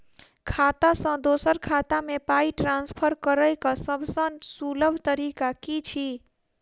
खाता सँ दोसर खाता मे पाई ट्रान्सफर करैक सभसँ सुलभ तरीका की छी?